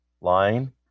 line